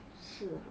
是啊